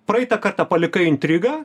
praeitą kartą palikai intrigą